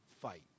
fight